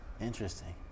Interesting